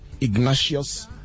Ignatius